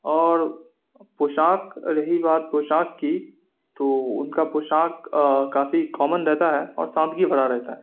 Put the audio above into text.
اور پوشاک رہی بات پوشاک کی تو ان کا پوشاک کافی کامن رہتا ہے اور سادگی بھرا رہتا ہے